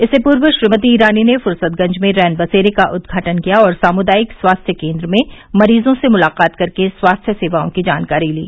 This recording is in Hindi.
इससे पूर्व श्रीमती ईरानी ने फ्रसतगंज में रैनबसेरे का उद्घाटन किया और सामुदायिक स्वास्थ्य केंद्र में मरीजों से मुलाकात कर के स्वास्थ्य सेवाओं की जानकारी ली